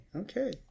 okay